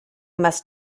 must